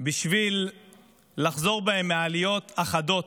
בשביל לחזור בהן מהעליות החדות